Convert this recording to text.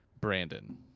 Brandon